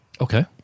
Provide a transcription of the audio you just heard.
Okay